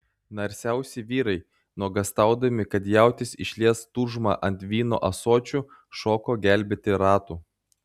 narsiausi vyrai nuogąstaudami kad jautis išlies tūžmą ant vyno ąsočių šoko gelbėti ratų